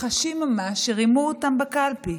חשים ממש שרימו אותם בקלפי.